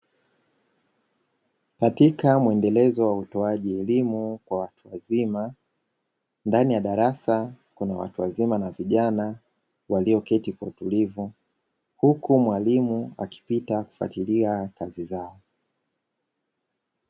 Katika mwendelezo wa utoaji elimu kwa watu wazima, ndani ya darasa kuna watu wazima na vijana walioketi kwa utulivu huku mwalimu akipita kufuatilia kazi zao.